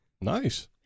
Nice